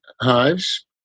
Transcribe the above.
hives